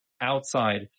outside